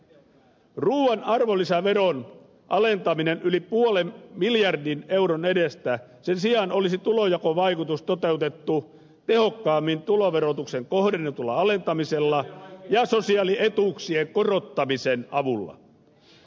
sen sijaan että ruuan arvonlisäveroa alennettiin yli puolen miljardin euron edestä tulonjakovaikutus olisi toteutettu tehokkaammin tuloverotuksen kohdennetulla alentamisella ja sosiaalietuuksien korottamisen avulla